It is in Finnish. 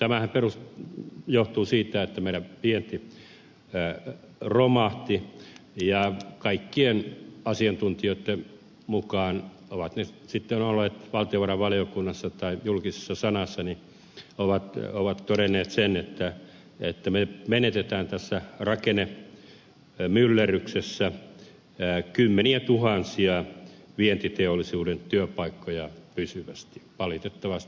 no tämähän johtuu siitä että meidän vientimme romahti ja kaikkien asiantuntijoitten mukaan ovat he nyt sitten olleet valtiovarainvaliokunnassa tai julkisessa sanassannit ovat ne ovat todenneet sanassa me menetämme tässä rakennemyllerryksessä kymmeniätuhansia vientiteollisuuden työpaikkoja pysyvästi valitettavasti